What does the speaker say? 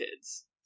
kids